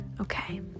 okay